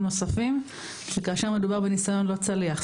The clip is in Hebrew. נוספים שכאשר מדובר בניסיון לא צליח,